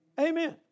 Amen